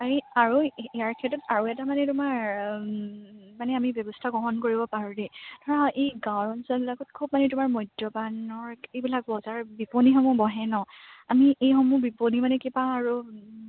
এই আৰু ইয়াৰ ক্ষেত্ৰত আৰু এটা মানে তোমাৰ মানে আমি ব্যৱস্থা গ্ৰহণ কৰিব পাৰোঁ দেই ধৰা এই গাঁও অঞ্চলবিলাকত খুব মানে তোমাৰ মদ্য়পানৰ এইবিলাক বজাৰ বিপণীসমূহ বহে নহ্ আমি এইসমূহ বিপণী মানে কিবা আৰু